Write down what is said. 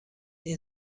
این